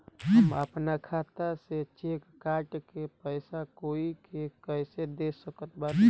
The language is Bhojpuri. हम अपना खाता से चेक काट के पैसा कोई के कैसे दे सकत बानी?